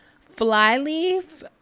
Flyleaf